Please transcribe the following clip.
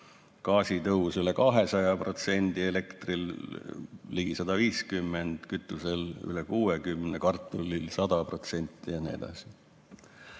gaasil tõus üle 200%, elektril ligi 150%, kütusel üle 60%, kartulil 100% ja nii edasi.